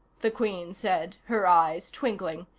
the queen said, her eyes twinkling,